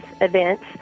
events